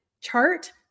chart